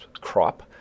crop